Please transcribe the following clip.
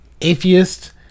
atheist